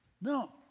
No